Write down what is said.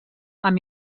amb